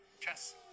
Chess